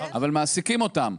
אבל מעסיקים אותם,